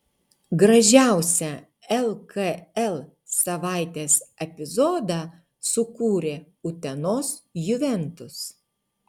gražiausią lkl savaitės epizodą sukūrė utenos juventus